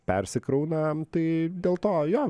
persikrauna tai dėl to jo